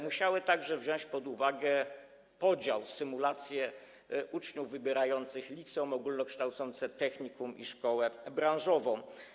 Musiały także wziąć pod uwagę podział, symulacje uczniów wybierających liceum ogólnokształcące, technikum i szkołę branżową.